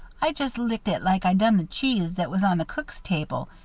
i just licked it like i done the cheese that was on the cook's table.